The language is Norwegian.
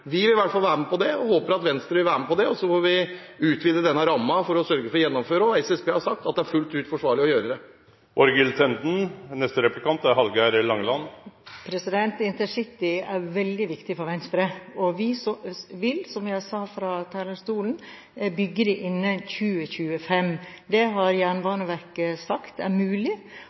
Vi vil i hvert fall være med på det og håper at Venstre også vil det, og så får vi utvide denne rammen for å sørge for å gjennomføre. Og SSB har sagt at det er fullt ut forsvarlig å gjøre det. InterCity er veldig viktig for Venstre, og vi vil, som jeg sa fra talerstolen, bygge det innen 2025. Det har Jernbaneverket sagt er mulig.